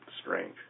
Strange